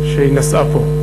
שהיא נשאה פה.